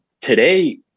Today